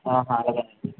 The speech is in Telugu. అలాగేనండి